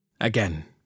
Again